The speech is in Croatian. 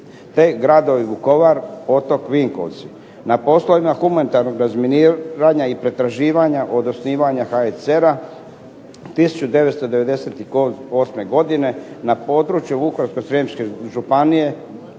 te gradovi Vukovar, Potok, Vinkovci. Na poslovima humanitarnog razminiranja i pretraživanja od osnivanja HCR-a 1998. godine na području Vukovarsko-srijemske županije